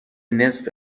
نصف